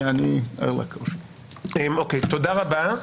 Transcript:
תודה רבה.